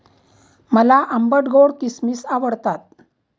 मला आंबट गोड किसमिस आवडतात